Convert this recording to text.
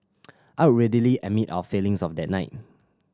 I would readily admit our failings of that night